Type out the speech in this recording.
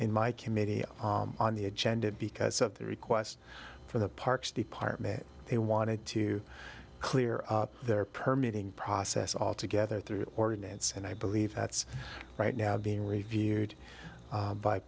in my committee on the agenda because at the request from the parks department they wanted to clear up their permeating process altogether through ordinance and i believe that's right now being reviewed